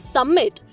Summit